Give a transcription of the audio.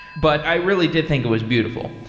but i really did think it was beautiful.